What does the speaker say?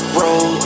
roll